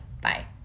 Bye